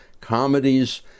comedies